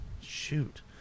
Shoot